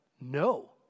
no